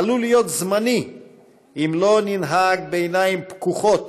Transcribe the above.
עלול להיות זמני אם לא ננהג בעיניים פקוחות